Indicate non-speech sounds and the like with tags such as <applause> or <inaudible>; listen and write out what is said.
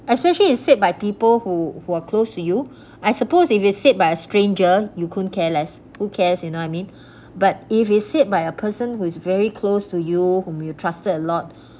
especially is said by people who who are close to you <breath> I suppose if it said by a stranger you couldn't care less who cares you know I mean <breath>